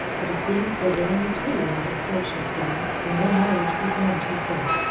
but of these there were only two in that unfortunate gang, and their knowledge was none too full.